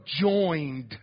joined